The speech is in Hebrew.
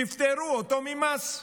תפטרו אותו ממס.